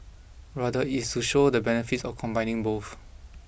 rather is to show the benefits of combining both